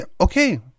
Okay